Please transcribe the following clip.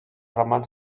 ramats